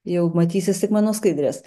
jau matysis tik mano skaidrės